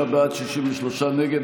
55 בעד, 63 נגד.